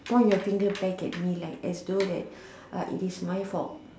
point your finger back at me as though that it is my fault